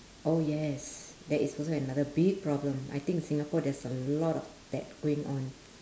oh yes that is also another big problem I think singapore there's a lot of that going on